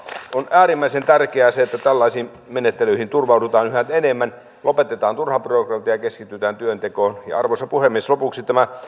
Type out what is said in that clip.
on äärimmäisen tärkeää se että tällaisiin menettelyihin turvaudutaan yhä enemmän lopetetaan turha byrokratia ja keskitytään työntekoon arvoisa puhemies lopuksi tästä